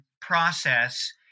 process